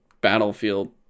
battlefield